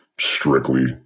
strictly